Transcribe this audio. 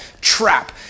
trap